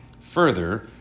Further